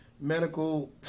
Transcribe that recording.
medical